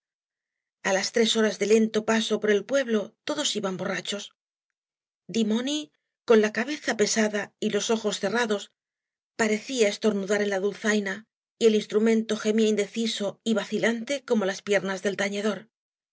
a s tres horas de lento paseo por el pueblo todos iban borrachos dimoni con la cabeza pesada y los ojos cerrados parecía estornudar en la dulzaina y el instrumento gemía indeciso y vacilante como las piernas del tañedor